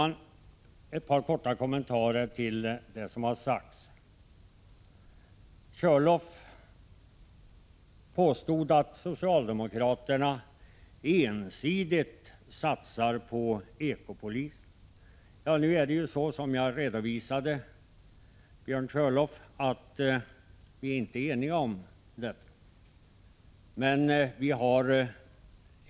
Sedan ett par små kommentarer till det som har sagts. Björn Körlof påstod att socialdemokraterna ensidigt satsar på ekopolisen. Som jag tidigare redovisat är vi inte eniga därom.